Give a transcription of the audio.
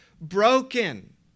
broken